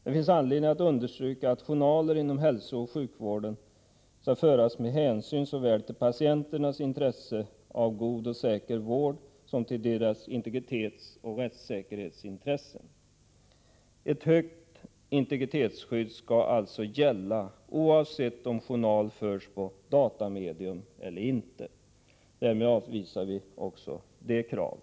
Det finns anledning att understryka att journaler inom hälsooch sjukvården skall föras med hänsyn såväl till patienternas intresse av god och säker vård som till deras integritetsoch rättssäkerhetsintresse. Ett högt integritetsskydd skall alltså gälla oavsett om journal förs på datamedium eller inte. Därmed avvisar vi också detta krav.